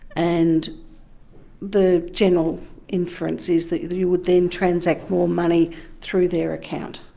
and the general inference is that you would then transact more money through their account.